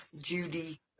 Judy